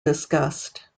discussed